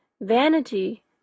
Vanity